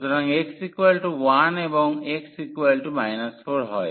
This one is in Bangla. সুতরাং x1 এবং x 4 হয়